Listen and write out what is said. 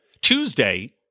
Tuesday